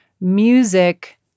music